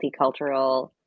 multicultural